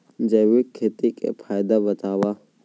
जैविक खेती के फायदा बतावा?